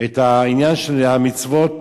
את המצוות